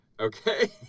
Okay